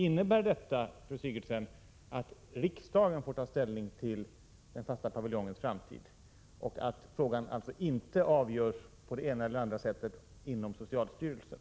Innebär detta, fru Sigurdsen, att riksdagen får ta ställning till den fasta paviljongens framtid och att frågan alltså inte avgörs på det ena eller andra sättet inom socialstyrelsen?